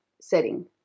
setting